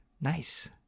Nice